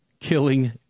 killing